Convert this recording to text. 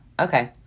Okay